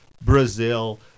Brazil